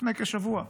לפני כשבוע.